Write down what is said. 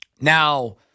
Now